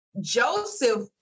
Joseph